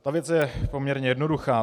Ta věc je poměrně jednoduchá.